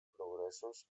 progressos